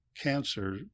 cancer